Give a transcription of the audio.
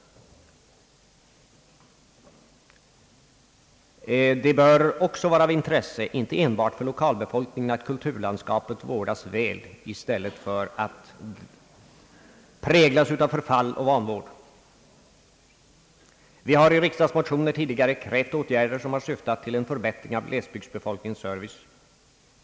Det bör också vara av intresse inte enbart för lokalbefolkningen att kulturlandskapet vårdas väl i stället för att präglas av förfall och vanvård. Vi har i riksdagsmotioner tidigare krävt åtgärder som syftar till förbättring av glesbygdsbefolkningens service.